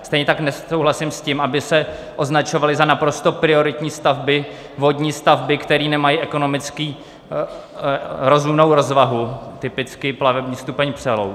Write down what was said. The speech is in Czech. Stejně tak nesouhlasím s tím, aby se označovaly za naprosto prioritní vodní stavby, které nemají ekonomicky rozumnou rozvahu typicky plavební stupeň Přelouč.